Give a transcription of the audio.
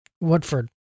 Woodford